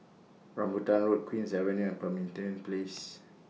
Rambutan Road Queen's Avenue and Pemimpin Place